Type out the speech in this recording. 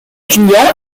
clients